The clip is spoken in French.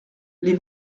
les